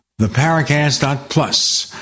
theparacast.plus